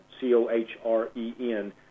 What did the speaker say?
C-O-H-R-E-N